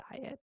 diet